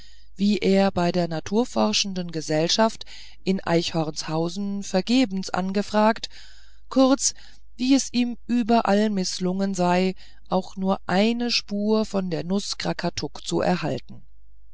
wie er bei der naturforschenden gesellschaft in eichhornshausen vergebens angefragt kurz wie es ihm überall mißlungen sei auch nur eine spur von der nuß krakatuk zu erhalten